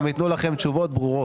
הם ייתנו לכם תשובות ברורות.